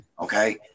okay